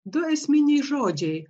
du esminiai žodžiai